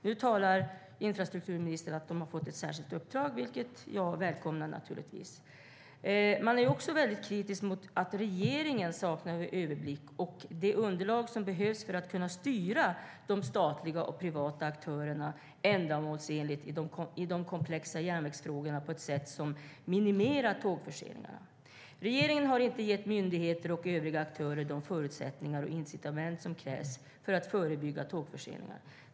Nu talar infrastrukturministern om att de har fått ett särskilt uppdrag, vilket jag naturligtvis välkomnar. Man är också väldigt kritisk mot att regeringen saknar överblick och det underlag som behövs för att kunna styra de statliga och privata aktörerna ändamålsenligt i de komplexa järnvägsfrågorna på ett sätt som minimerar tågförseningarna. Regeringen har inte gett myndigheter och övriga aktörer de förutsättningar och incitament som krävs för att förebygga tågförseningar.